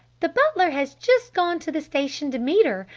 the butler has just gone to the station to meet her!